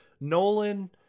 Nolan